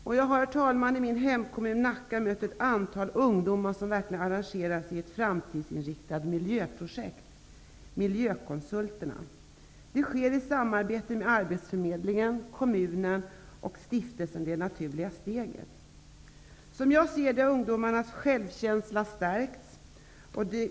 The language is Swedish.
Jag har, herr talman, i min hemkommun Nacka mött ett antal ungdomar som verkligen har engagerat sig i ett framtidsinriktat miljöprojekt, Miljökonsulterna. Det sker i samarbete med arbetsförmedlingen, kommunen och stiftelsen Det naturliga steget. Som jag ser det har ungdomarnas självkänsla stärkts.